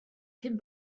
cyn